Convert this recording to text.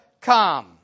come